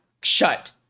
shut